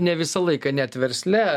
ne visą laiką net versle